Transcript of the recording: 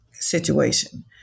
Situation